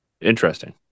interesting